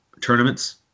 tournaments